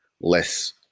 less